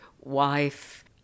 wife